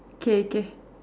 K K